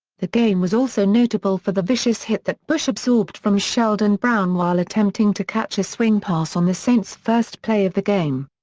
the game was also notable for the vicious hit that bush absorbed from sheldon brown while attempting to catch a swing pass on the saints' first play of the game.